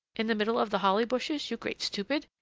in the middle of the holly-bushes, you great stupid!